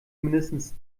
mindestens